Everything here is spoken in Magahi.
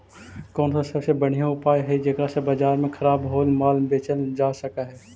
कौन सा सबसे बढ़िया उपाय हई जेकरा से बाजार में खराब होअल माल बेचल जा सक हई?